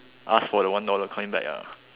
ask for the dollar one coin back ah